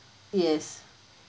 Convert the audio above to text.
yes